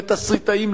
לתסריטאים,